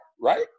right